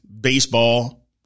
baseball